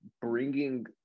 bringing